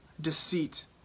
deceit